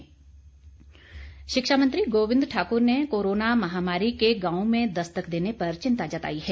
गोविंद ठाकुर शिक्षा मंत्री गोविंद ठाकुर ने कोरोना महामारी के गांव में दस्तक देने पर चिंता जताई है